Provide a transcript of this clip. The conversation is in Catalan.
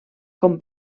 com